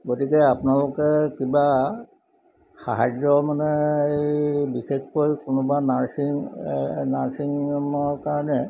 গতিকে আপোনালোকে কিবা সাহাৰ্য মানে এই বিশেষকৈ কোনোবা নাৰ্ছিং নাৰ্ছিঙৰ কাৰণে